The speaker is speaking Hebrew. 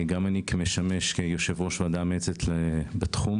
אני גם משמש כיושב-ראש הוועדה המייעצת בתחום.